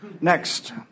Next